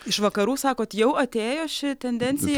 iš vakarų sakot jau atėjo ši tendencija